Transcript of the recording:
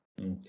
Okay